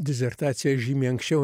disertaciją žymiai anksčiau